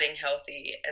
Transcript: healthy